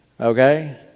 okay